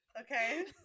Okay